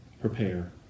prepare